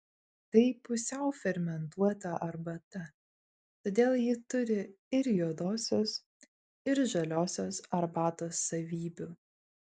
tai pusiau fermentuota arbata todėl ji turi ir juodosios ir žaliosios arbatos savybių